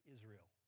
Israel